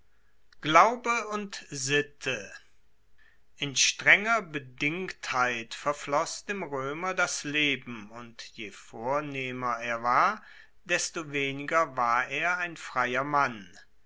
glaube und sitte in strenger bedingtheit verfloss dem roemer das leben und je vornehmer er war desto weniger war er ein freier mann